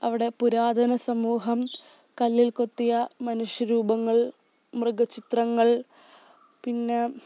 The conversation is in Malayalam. അവിടെ പുരാതന സമൂഹം കല്ലിൽ കൊത്തിയ മനുഷ്യരൂപങ്ങൾ മൃഗ ചിത്രങ്ങൾ പിന്നെ